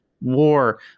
war